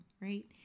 right